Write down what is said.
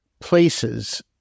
places